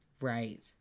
Right